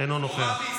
אינו נוכח.